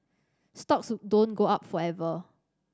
stocks don't go up forever